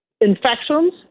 infections